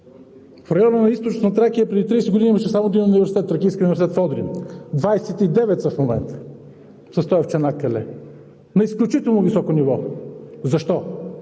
В района на Източна Тракия преди 30 години имаше само един университет – Тракийският университет в Одрин, 29 са в момента с този в Чанаккале, на изключително високо ниво. Защо?